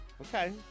Okay